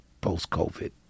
post-COVID